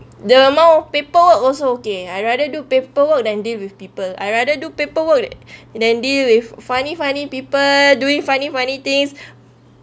there are more paperwork also okay I rather do paperwork than deal with people I rather do paperwork than dealing with funny funny people doing funny funny things